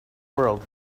world